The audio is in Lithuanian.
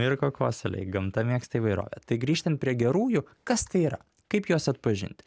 ir kokosų aliejai gamta mėgsta įvairovę tai grįžtant prie gerųjų kas tai yra kaip juos atpažinti